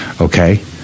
okay